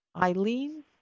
Eileen